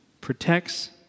protects